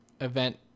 event